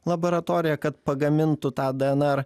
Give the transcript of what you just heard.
laboratorija kad pagamintų tą dnr